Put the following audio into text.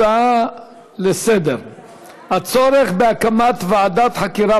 הצעה לסדר-היום הצורך בהקמת ועדת חקירה